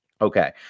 Okay